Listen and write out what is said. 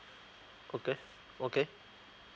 okay okay